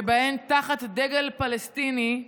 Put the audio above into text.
שבהן, תחת דגל פלסטיני,